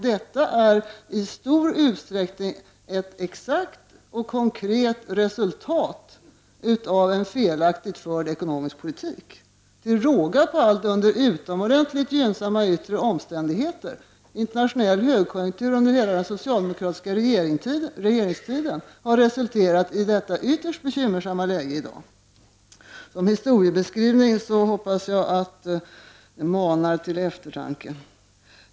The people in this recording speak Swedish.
Detta är i stor utsträckning ett exakt och konkret resultat av en felaktigt förd ekonomisk politik. Till råga på allt har detta skett under utomordentligt gynnsamma yttre omständigheter. Det har internationellt sett varit högkonjunktur under hela den socialdemokratiska regeringstiden, och det har resulterat i dagens ytterst bekymmersamma läge. Detta är en historieskrivning som jag hoppas manar till eftertanke.